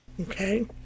okay